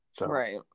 Right